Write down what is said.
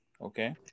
okay